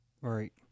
Right